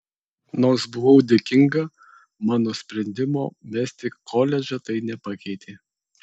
nors buvau dėkinga mano sprendimo mesti koledžą tai nepakeitė